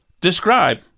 describe